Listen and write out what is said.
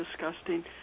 disgusting